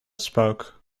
spoke